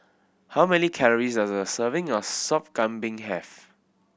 how many calories does a serving of Sop Kambing have